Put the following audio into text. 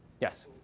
Yes